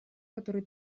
которые